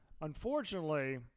Unfortunately